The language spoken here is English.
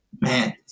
Man